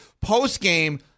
post-game